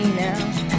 now